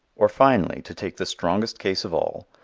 or finally, to take the strongest case of all,